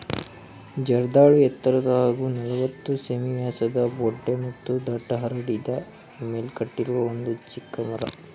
ಜರ್ದಾಳು ಎತ್ತರದ ಹಾಗೂ ನಲವತ್ತು ಸೆ.ಮೀ ವ್ಯಾಸದ ಬೊಡ್ಡೆ ಮತ್ತು ದಟ್ಟ ಹರಡಿದ ಮೇಲ್ಕಟ್ಟಿರುವ ಒಂದು ಚಿಕ್ಕ ಮರ